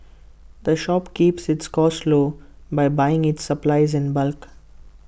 the shop keeps its costs low by buying its supplies in bulk